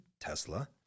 Tesla